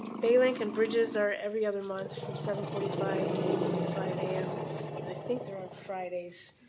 bay link and bridges', are every other month from seven forty five to eight forty five am and i think they're on fridays.